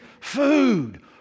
food